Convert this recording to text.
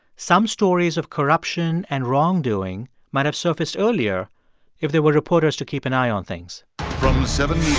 some stories of corruption and wrongdoing might have surfaced earlier if there were reporters to keep an eye on things so